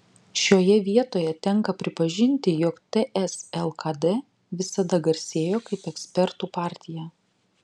šioje vietoje tenka pripažinti jog ts lkd visada garsėjo kaip ekspertų partija